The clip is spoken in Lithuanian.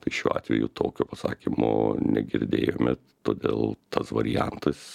tai šiuo atveju tokio pasakymo negirdėjome todėl tas variantas